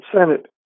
Senate